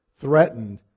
threatened